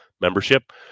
membership